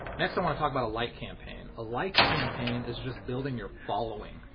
next, i wanna talk about a like campaign. a like campaign is just building your following.